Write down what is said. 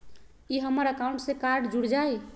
ई हमर अकाउंट से कार्ड जुर जाई?